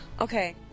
Okay